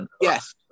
Yes